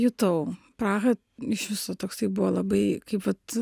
jutau prahą iš viso toksai buvo labai kaip vat